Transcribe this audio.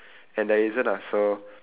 and there isn't lah so